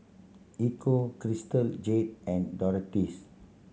Ecco Crystal Jade and Doritos